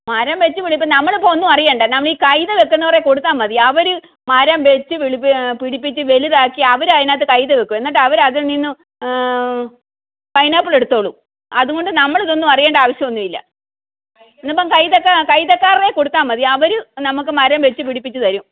മരം വെച്ച് പിടിപ് നമ്മൾ ഇപ്പോൾ ഒന്നും അറിയേണ്ട നമ്മൾ ഈ കൈതവെക്കുന്നവരെയിൽ കൊടുത്താൽ മതി അവർ മരം വെച്ച് പിടിപ്പിച്ച് വലുതാക്കി അവർ അതിനകത്ത് കൈതവെക്കും എന്നിട്ട് അവർ അതിൽനിന്നും പൈനാപ്പ്ൾ എടുത്തോളും അതുകൊണ്ട് നമ്മൾ ഇതൊന്നും അറിയേണ്ട ആവശ്യം ഒന്നും ഇല്ല ഇന്ന് ഇപ്പം കൈതക്കാ കൈതക്കാരെയിൽ കൊടുത്താൽമതി അവർ നമുക്ക് മരം വെച്ച് പിടിപ്പിച്ച് തരും